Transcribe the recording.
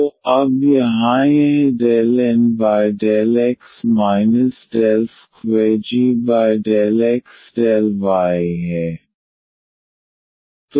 तो अब यहाँ यह ∂N∂x 2g∂x∂y है